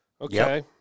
Okay